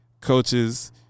coaches